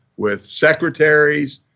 with secretaries,